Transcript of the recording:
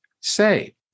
say